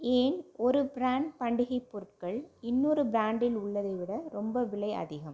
ஏன் ஒரு பிராண்ட் பண்டிகைப் பொருட்கள் இன்னொரு பிராண்டில் உள்ளதை விட ரொம்ப விலை அதிகம்